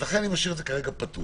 אז אני משאיר את זה כרגע פתוח.